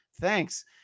thanks